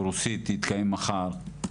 רוסית יתקיים מחר,